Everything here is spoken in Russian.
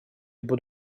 либо